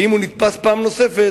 ואם הוא נתפס פעם נוספת,